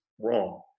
wrong